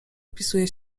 wpisuje